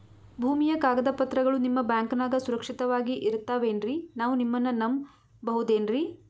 ಭೂಮಿಯ ಕಾಗದ ಪತ್ರಗಳು ನಿಮ್ಮ ಬ್ಯಾಂಕನಾಗ ಸುರಕ್ಷಿತವಾಗಿ ಇರತಾವೇನ್ರಿ ನಾವು ನಿಮ್ಮನ್ನ ನಮ್ ಬಬಹುದೇನ್ರಿ?